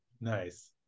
nice